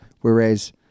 Whereas